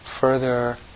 further